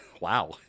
Wow